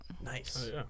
Nice